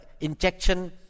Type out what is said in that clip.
injection